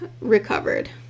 recovered